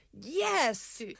yes